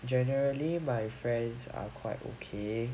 generally my friends are quite okay